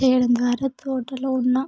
చేయడం ద్వారా తోటలో ఉన్న